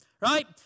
right